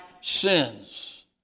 sins